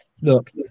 look